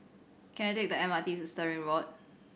can I take the M R T to Stirling Road